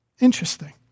Interesting